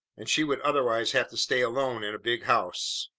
and she would otherwise have to stay alone in a big house.